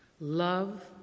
love